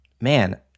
man